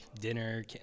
dinner